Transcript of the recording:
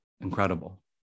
incredible